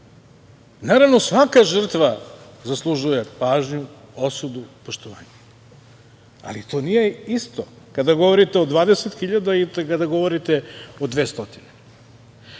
Naravno, svaka žrtva zaslužuje pažnju, osudu, poštovanje. Ali, to nije isto kada govorite o 20.000 ili kada govorite o 200.Kada